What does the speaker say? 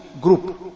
group